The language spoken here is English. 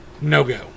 no-go